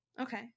Okay